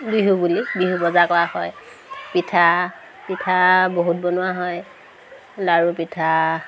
বিহু বুলি বিহু বজাৰ কৰা হয় পিঠা পিঠা বহুত বনোৱা হয় লাড়ু পিঠা